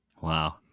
Wow